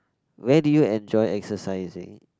where did you enjoy exercising